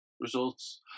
Results